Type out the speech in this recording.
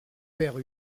père